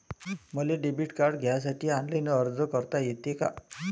मले debit card घ्यासाठी online अर्ज करता येते का?